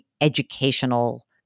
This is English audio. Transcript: educational